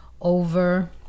over